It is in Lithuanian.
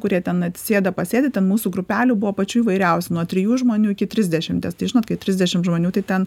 kurie ten atsisėda pasėdi ten mūsų grupelių buvo pačių įvairiausių nuo trijų žmonių iki trisdešimties tai žinot kai trisdešimt žmonių tai ten